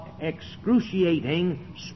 excruciating